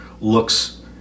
looks